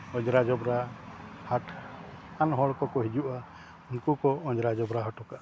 ᱚᱡᱽᱨᱟ ᱡᱚᱵᱽᱨᱟ ᱦᱟᱴ ᱟᱱ ᱦᱚᱲ ᱠᱚ ᱠᱚ ᱦᱤᱡᱩᱜᱼᱟ ᱩᱱᱠᱩ ᱠᱚ ᱚᱡᱽᱨᱟ ᱡᱚᱵᱽᱨᱟ ᱦᱚᱴᱚ ᱠᱟᱜᱼᱟ